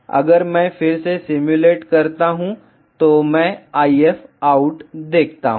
अगर मैं फिर से सिम्युलेट करता हूं तो मैं IF आउट देखता हूं